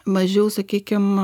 mažiau sakykim